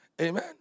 Amen